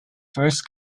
first